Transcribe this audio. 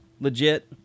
Legit